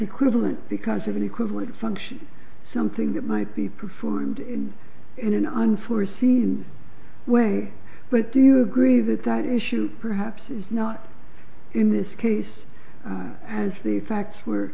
equivalent because of an equivalent function something that might be performed in in an unforeseen way but do you agree that that issue perhaps is not in this case as the facts were